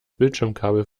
bildschirmkabel